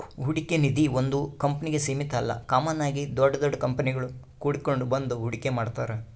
ಹೂಡಿಕೆ ನಿಧೀ ಒಂದು ಕಂಪ್ನಿಗೆ ಸೀಮಿತ ಅಲ್ಲ ಕಾಮನ್ ಆಗಿ ದೊಡ್ ದೊಡ್ ಕಂಪನಿಗುಳು ಕೂಡಿಕೆಂಡ್ ಬಂದು ಹೂಡಿಕೆ ಮಾಡ್ತಾರ